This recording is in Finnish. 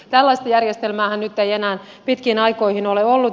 tällaista järjestelmäähän ei enää pitkiin aikoihin ole ollut